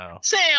Sam